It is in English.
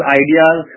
ideas